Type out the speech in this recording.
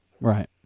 Right